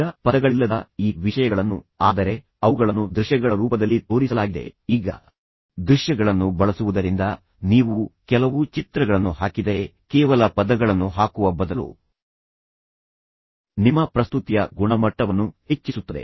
ಈಗ ಪದಗಳಿಲ್ಲದ ಈ ವಿಷಯಗಳನ್ನು ಆದರೆ ಅವುಗಳನ್ನು ದೃಶ್ಯಗಳ ರೂಪದಲ್ಲಿ ತೋರಿಸಲಾಗಿದೆ ಈಗ ದೃಶ್ಯಗಳನ್ನು ಬಳಸುವುದರಿಂದ ನೀವು ಕೆಲವು ಚಿತ್ರಗಳನ್ನು ಹಾಕಿದರೆ ಕೇವಲ ಪದಗಳನ್ನು ಹಾಕುವ ಬದಲು ನಿಮ್ಮ ಪ್ರಸ್ತುತಿಯ ಗುಣಮಟ್ಟವನ್ನು ಹೆಚ್ಚಿಸುತ್ತದೆ